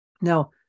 Now